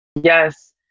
Yes